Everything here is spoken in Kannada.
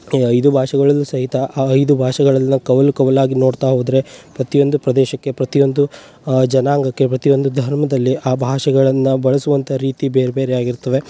ಈ ಐದು ಭಾಷೆಗಳಲ್ಲೂ ಸಹಿತ ಆ ಐದು ಭಾಷೆಗಳೆಲ್ಲ ಕವಲು ಕವಲಾಗಿ ನೋಡ್ತಾ ಹೋದರೆ ಪ್ರತಿಯೊಂದು ಪ್ರದೇಶಕ್ಕೆ ಪ್ರತಿಯೊಂದು ಜನಾಂಗಕ್ಕೆ ಪ್ರತಿಯೊಂದು ಧರ್ಮದಲ್ಲಿ ಆ ಭಾಷೆಗಳನ್ನು ಬಳಸುವಂಥ ರೀತಿ ಬೇರೆ ಬೇರೆ ಆಗಿರ್ತವೆ